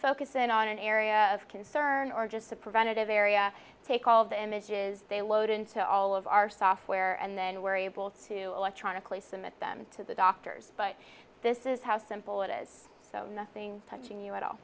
focus in on an area of concern or just a preventative area take all the images they load into all of our software and then we're able to electronically submit them to the doctors but this is how simple it is so nothing touching you at